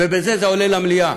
ובזה זה עולה למליאה,